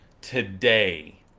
today